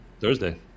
Thursday